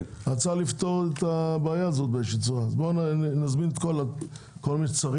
צריך לפתור את הבעיה הזאת באיזושהי צורה.